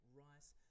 rice